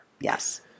yes